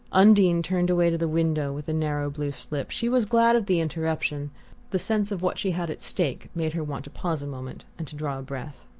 undine turned away to the window with the narrow blue slip. she was glad of the interruption the sense of what she had at stake made her want to pause a moment and to draw breath.